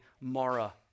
Mara